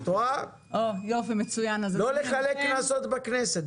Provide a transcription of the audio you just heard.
לא לחלק קנסות בכנסת.